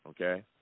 okay